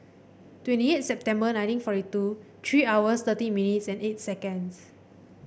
twenty eight September nineteen forty two three hours thirty minutes and eight seconds